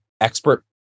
expert